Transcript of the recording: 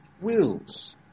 wills